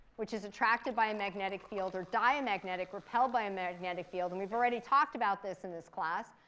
which is attracted by a magnetic field. or diamagnetic, repelled by a magnetic field. and we've already talked about this in this class.